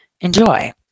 enjoy